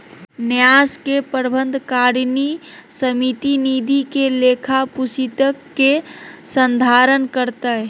न्यास के प्रबंधकारिणी समिति निधि के लेखा पुस्तिक के संधारण करतय